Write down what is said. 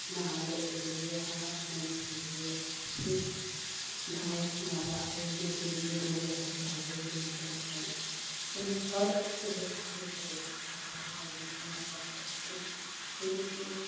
नहाने के लिए हाथ मुँह धोइए फिर गाय को नहवा लेने के लिए दो बाल्टी चाहिए तीन बाल्टी चाहिए यानी हर सुबह पानी का व्यवस्था करना ही करना पड़ता है फिर उसे